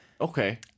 Okay